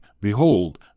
Behold